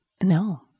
No